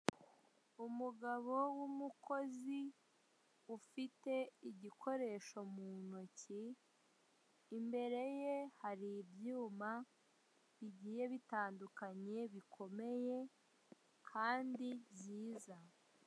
Umugabo w'umukozi ufite igikoresho mu ntoki, imbere ye hari ibyuma bigiye bitandukanye bikomeye kandi byiza.